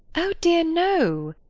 oh dear, no.